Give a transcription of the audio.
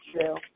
true